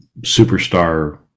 superstar